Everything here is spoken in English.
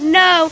no